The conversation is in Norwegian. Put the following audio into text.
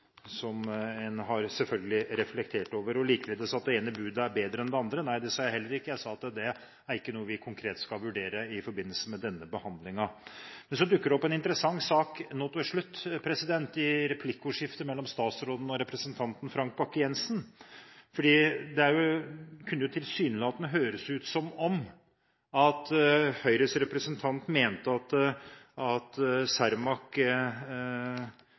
som en selvfølgelig har reflektert over. Likeledes at jeg sa at det ene budet er bedre enn det andre. Nei, det sa jeg heller ikke, jeg sa at det er ikke noe vi konkret skal vurdere i forbindelse med denne behandlingen. Men så dukker det opp en interessant sak nå til slutt i replikkordskiftet mellom statsråden og representanten Frank Bakke-Jensen. For det kunne tilsynelatende høres ut som om Høyres representant mente at